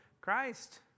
Christ